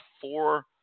four